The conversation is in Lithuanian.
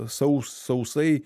sau sausai